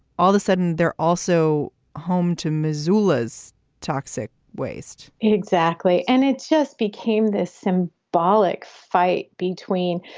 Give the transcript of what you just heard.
all of a sudden they're also home to missoula's toxic waste exactly. and it just became this symbolic fight between,